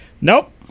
Nope